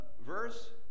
Verse